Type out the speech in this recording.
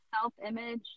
self-image